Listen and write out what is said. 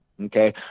Okay